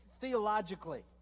theologically